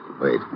Wait